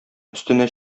өстенә